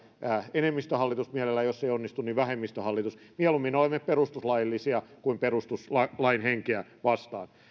enemmistöhallitus mielellään ja jos se ei onnistu vähemmistöhallitus mieluummin olemme perustuslaillisia kuin perustuslain henkeä vastaan